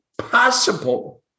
possible